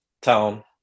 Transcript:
town